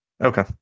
okay